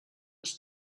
les